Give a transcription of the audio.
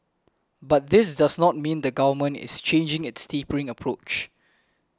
but this does not mean the Government is changing its tapering approach